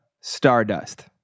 Stardust